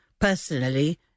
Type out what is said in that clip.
personally